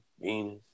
Venus